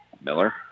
Miller